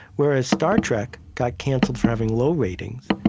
whereas star trek got canceled for having low ratings.